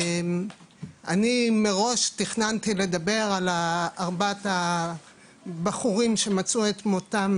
אני מראש תכננתי לדבר על ארבעת הבחורים שמצאו את מותם